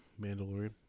Mandalorian